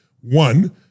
one